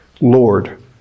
Lord